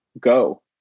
go